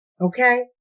Okay